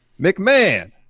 McMahon